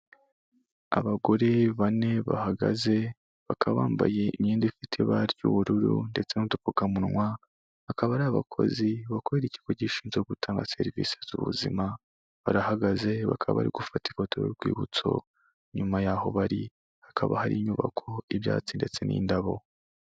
Abagore bane bahagaze, bakaba bambaye imyenda ifite ibara ry'ubururu, ndetse n'udupfukamunwa, bakaba ari abakozi, bakorera ikigo gishinzwe gutanga serivisi z'ubuzima, barahagaze, bakaba bari gufata ifoto y'urwibutso, inyuma y'aho bari, hakaba hari inyubako y'ibyatsi, ndetse n'indabo.